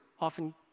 often